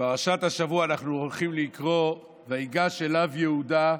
בפרשת השבוע אנחנו הולכים לקרוא "ויגש אליו יהודה".